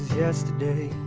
yesterday